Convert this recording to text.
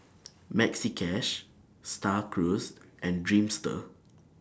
Maxi Cash STAR Cruise and Dreamster